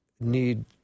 need